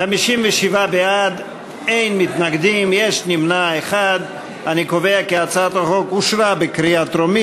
חוק הודעה בדבר קבלה או אי-קבלה למקום עבודה,